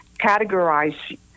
categorize